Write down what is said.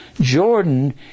Jordan